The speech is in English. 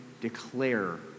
declare